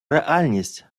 реальність